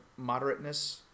moderateness